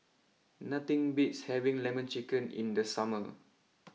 nothing beats having Lemon Chicken in the summer